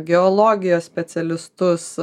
geologijos specialistus